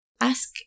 ask